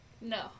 No